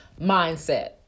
mindset